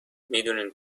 میدونین